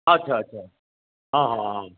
अच्छा अच्छा हँ हँ हँ